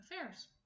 Affairs